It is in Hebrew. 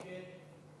נגד.